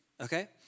Okay